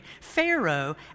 Pharaoh